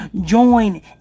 join